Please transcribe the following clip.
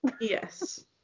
Yes